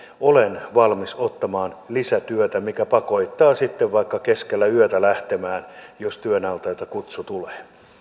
olen valmis ottamaan lisätyötä mikä pakottaa sitten vaikka keskellä yötä lähtemään jos työantajalta kutsu tulee